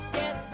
get